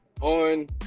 on